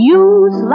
use